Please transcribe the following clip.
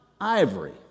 ivory